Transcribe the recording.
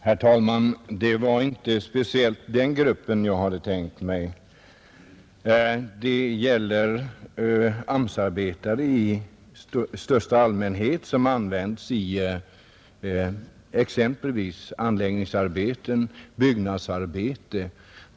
Herr talman! Det var inte speciellt den gruppen jag hade tänkt på. Det gäller AMS-arbetare i största allmänhet som används i exempelvis anläggningsarbete och byggnadsarbete.